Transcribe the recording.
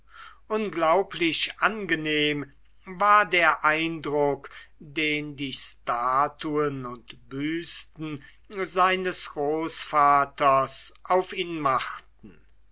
unglaublich angenehm war der eindruck den die statuen und büsten seines großvaters auf ihn machten